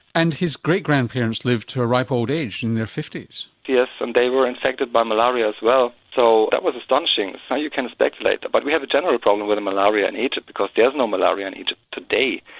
and his great-grandparents lived to a ripe old age in their fifty s? yes and they were infected by malaria as well, so that was astonishing. so you can speculate but we have a general problem with malaria in egypt because there is no malaria in egypt today,